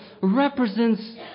represents